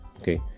Okay